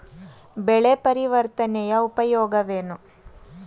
ಬೆಳೆ ಪರಿವರ್ತನೆಯ ಉಪಯೋಗವೇನು?